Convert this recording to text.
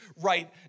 right